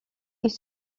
ils